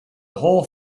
whole